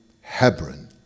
Hebron